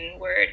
word